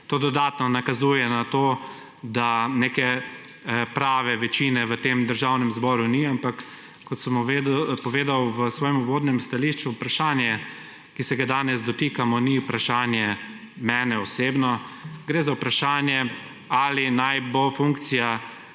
to dodatno nakazuje na to, da neke prave večine v tem Državnem zboru ni, ampak kot sem povedal v svojem uvodnem stališču, vprašanje ki se ga danes dotikamo ni vprašanje mene osebno, gre za vprašanje ali naj bo funkcija